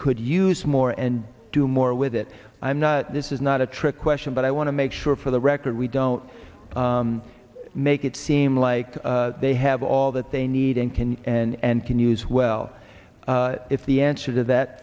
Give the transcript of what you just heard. could use more and do more with it i'm not this is not a trick question but i want to make sure for the record we don't make it seem like they have all that they need and can and can use well if the answer to that